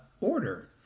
order